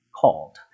called